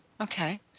okay